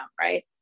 Right